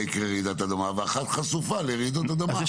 יקרה רעידת אדמה ואחת חשופה לרעידות אדמה.